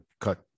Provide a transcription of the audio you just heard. cut